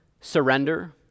surrender